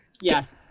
Yes